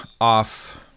off